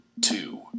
two